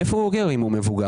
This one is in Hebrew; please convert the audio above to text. מאיפה אוגר אם הוא מבוגר?